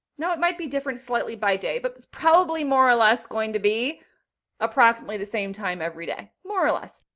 no, it might be different slightly by day, but it's probably more or less going to be approximately the same time every day, more or less.